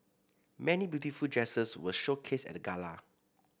many beautiful dresses were showcased at the gala